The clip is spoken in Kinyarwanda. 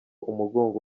umugogo